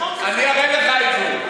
אני אראה לך את זה.